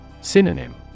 Synonym